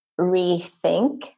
rethink